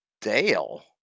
Dale